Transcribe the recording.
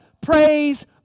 praise